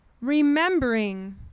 Remembering